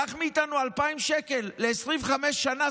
קח מאיתנו 2,000 שקל ל-25 שנה,